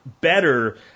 better